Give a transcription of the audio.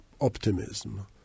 optimism